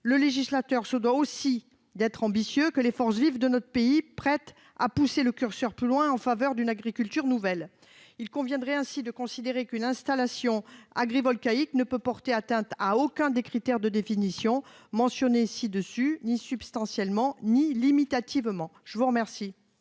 Le législateur doit se montrer aussi ambitieux que les forces vives de notre pays, prêtes à pousser plus loin le curseur en faveur d'une agriculture nouvelle. Il conviendrait ainsi de considérer qu'une installation agrivoltaïque ne peut porter atteinte à aucun des critères de définition mentionnés ci-dessus, ni substantiellement ni limitativement. L'amendement